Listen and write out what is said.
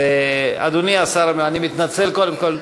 אז, אדוני השר, אני מתנצל, קודם כול.